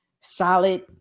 solid